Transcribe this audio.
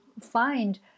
find